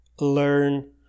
learn